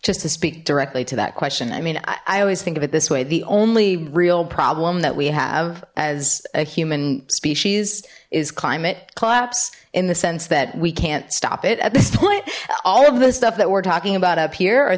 just to speak directly to that question i mean i always think of it this way the only real problem that we have as a human species is climate collapse in the sense that we can't stop it at this point all of this stuff that we're talking about up here are